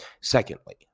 Secondly